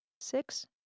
six